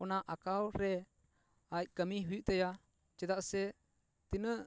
ᱚᱱᱟ ᱟᱸᱠᱟᱣ ᱨᱮ ᱟᱡ ᱠᱟᱹᱢᱤ ᱦᱩᱭᱩᱜ ᱛᱟᱭᱟ ᱪᱮᱫᱟᱜ ᱥᱮ ᱛᱤᱱᱟᱹᱜ